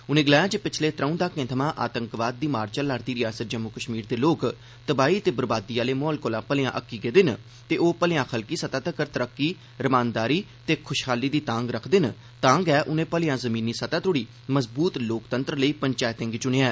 उनें गलाया जे पिछले त्रऊं दहाकें थमां आतंकवाद दी मार झल्लै'रदी रिआसत जम्मू कश्मीर दे लोक तबाही ते बर्बादी आले माहौल कोला भलेयां अक्की गेदे न ते ओ भलेयां खलकी सतह तगर तरक्की रमानदारी ते खुशहाली दी तांग रखदे न तां गै उने भलेयां जमीनी सतह् तोड़ी मजबूत लोकतंत्र लेई पंचैते गी चुनेया ऐ